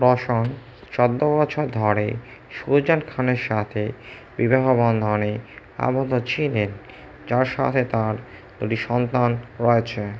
রোশন চোদ্দো বছর ধরে সুজান খানের সাথে বিবাহ বন্ধনে আবদ্ধ ছিলেন যার সাথে তাঁর দুটি সন্তান রয়েছে